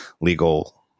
legal